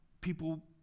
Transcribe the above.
People